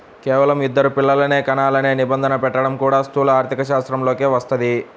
కేవలం ఇద్దరు పిల్లలనే కనాలనే నిబంధన పెట్టడం కూడా స్థూల ఆర్థికశాస్త్రంలోకే వస్తది